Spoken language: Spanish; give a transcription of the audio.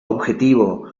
objetivo